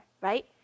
right